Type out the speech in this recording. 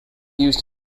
used